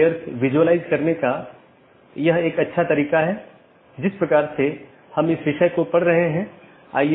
BGP का विकास routing सूचनाओं को एकत्र करने और संक्षेपित करने के लिए हुआ है